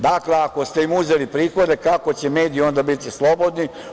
Dakle, ako ste im uzeli prihode kako će mediji onda biti slobodni.